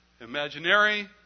imaginary